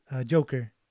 Joker